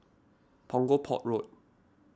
Punggol Port Road